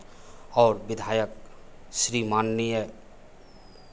और विधायक श्री माननीय